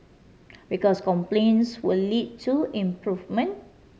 because complaints will lead to improvement